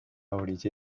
orilla